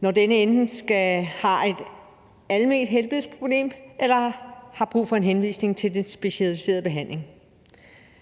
når denne enten har et alment helbredsproblem eller har brug for en henvisning til specialiseret behandling.